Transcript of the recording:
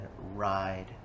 ride